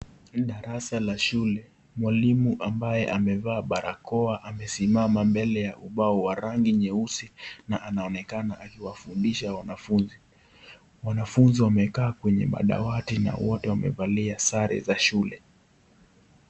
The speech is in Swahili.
Darasa la shule, mwalimu ambaye amevaa barakoa amesimama mbele ya ubao wa rangi nyeusi na anaonekana akiwafundisha wanafunzi. Wanafunzi wamekaa kwenye madawati na wote wamevalia sare za shule.